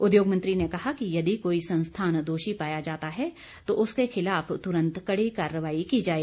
उद्योग मंत्री ने कहा कि यदि कोई संस्थान दोषी पाया जाता है तो उसके खिलाफ तुरंत कड़ी कार्रवाई की जाए